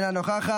מוותרת,